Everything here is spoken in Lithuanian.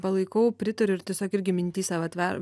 palaikau pritariu ir tiesiog irgi mintyse vat ver